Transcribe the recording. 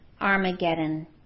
Armageddon